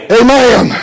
amen